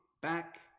back